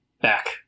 back